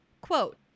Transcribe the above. Quote